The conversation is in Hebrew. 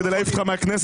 כדי להעיף אותך מן הכנסת.